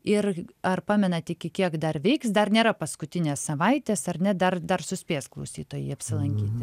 ir ar pamenat iki kiek dar veiks dar nėra paskutinės savaitės ar ne dar dar suspės klausytojai apsilankyti